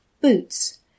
Boots